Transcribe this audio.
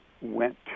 went